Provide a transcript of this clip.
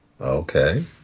okay